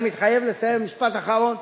אני מתחייב לסיים, משפט אחרון.